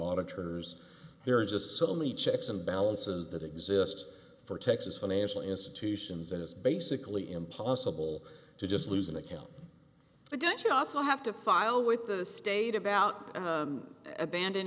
auditor's there are just so many checks and balances that exist for texas financial institutions and it's basically impossible to just lose an account but don't you also have to file with the state about aband